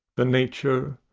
the nature,